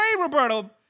Roberto